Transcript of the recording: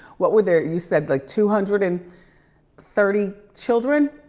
what were their, you said like two hundred and thirty children?